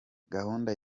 gahunda